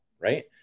right